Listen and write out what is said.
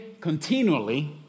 continually